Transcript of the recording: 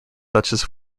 duchess